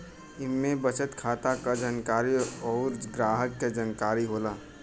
इम्मे बचत खाता क जानकारी अउर ग्राहक के जानकारी होला